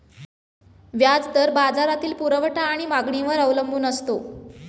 व्याज दर बाजारातील पुरवठा आणि मागणीवर अवलंबून असतो